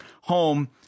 home